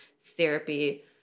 therapy